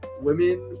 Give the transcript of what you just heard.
women